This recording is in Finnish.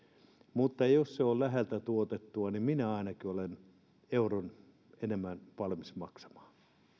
mutta jos se on lähellä tuotettua niin minä ainakin olen euron enemmän valmis maksamaan